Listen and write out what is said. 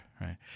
Right